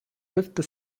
fifth